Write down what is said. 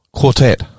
quartet